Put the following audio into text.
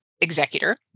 executor